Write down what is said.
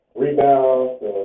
rebounds